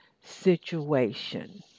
situation